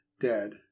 dead